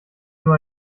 nur